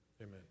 Amen